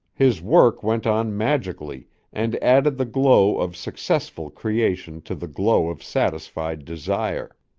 his work went on magically and added the glow of successful creation to the glow of satisfied desire.